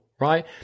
right